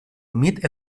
humit